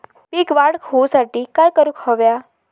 पीक वाढ होऊसाठी काय करूक हव्या?